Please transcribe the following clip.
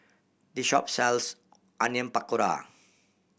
this shop sells Onion Pakora